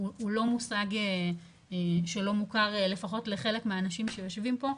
הוא לא מושג שלא מוכר לפחות לחלק מהאנשים שיושבים פה,